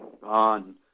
Gone